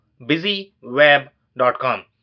busyweb.com